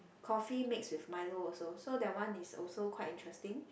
coffee mixed with Milo also so that one is also quite interesting